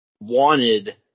wanted